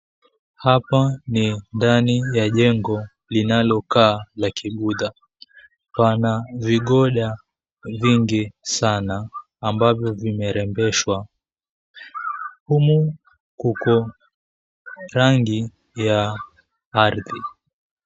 Hapa ni ndani ya jengo linalokaa la kibuddha. Pana vigoda vingi sana ambavyo vimerembeshwa. Humu kuko rangi ya ardhi.